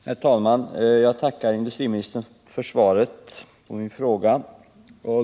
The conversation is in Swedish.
Herr talman! Jag tackar industriministern för svaret på min fråga.